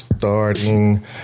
starting